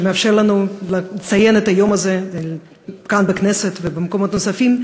שמאפשר לנו לציין את היום הזה כאן בכנסת ובמקומות נוספים,